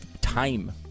time